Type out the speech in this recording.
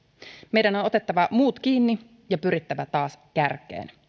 meidän on otettava muut kiinni ja pyrittävä taas kärkeen